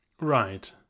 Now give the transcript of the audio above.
Right